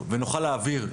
אני זה שמתעסק בזה היום-יום.